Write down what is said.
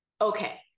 okay